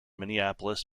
minneapolis